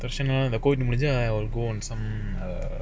prasanna இந்த:indha COVID முடிஞ்சா:mudincha I'll go on some err